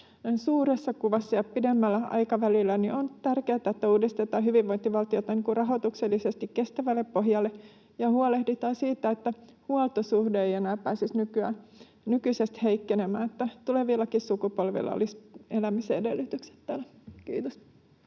suuressa kuvassa ja pidemmällä aikavälillä on tärkeätä, että uudistetaan hyvinvointivaltiota rahoituksellisesti kestävälle pohjalle ja huolehditaan siitä, että huoltosuhde ei enää pääsisi nykyisestä heikkenemään, että tulevillakin sukupolvilla olisi elämisen edellytykset täällä. — Kiitos.